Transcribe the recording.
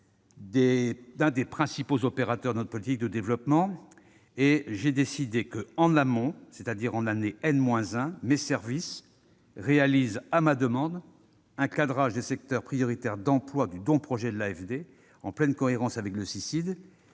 s'agit de l'un des principaux opérateurs de notre politique de développement. Très bien ! En amont, c'est-à-dire en année n-1, mes services réalisent à ma demande un cadrage des secteurs prioritaires d'emploi du don-projet de l'AFD en pleine cohérence avec le Cicid.